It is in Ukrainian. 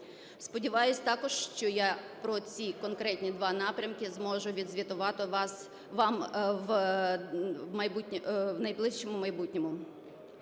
Сподіваюсь також, що я про ці конкретні два напрямки зможу відзвітувати вам в найближчому майбутньому.